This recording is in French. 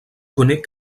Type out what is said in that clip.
connaît